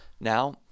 now